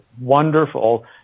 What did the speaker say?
wonderful